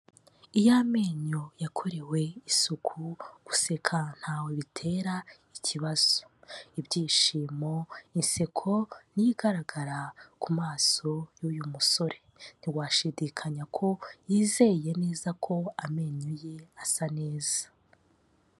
Iyo amenyo yakorewe isuku guseka ntawe bitera ikibazo, ibyishimo, inseko niyo igaragara ku maso y'uyu musore, ntiwashidikanya ko yizeye neza ko amenyo ye asa neza.